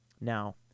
Now